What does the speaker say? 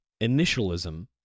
initialism